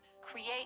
create